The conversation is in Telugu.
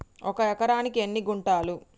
ఒక ఎకరానికి ఎన్ని గుంటలు?